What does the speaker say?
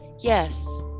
Yes